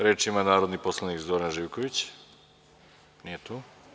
Reč ima narodni poslanik Zoran Živković, nije tu.